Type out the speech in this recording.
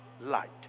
light